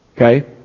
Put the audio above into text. Okay